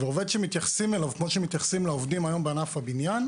עובד שמתייחסים אליו כפי שמתייחסים היום לעובדים בענף הבנייה,